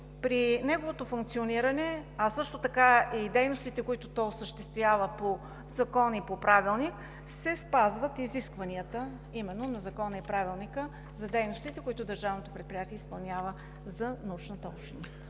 при неговото функциониране, а също и дейностите, които то осъществява по Закона и по Правилник, се спазват изискванията именно на Закона и Правилника за дейностите, които държавното предприятие изпълнява за научната общност.